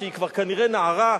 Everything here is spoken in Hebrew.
שהיא כבר כנראה נערה,